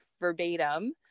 verbatim